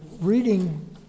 reading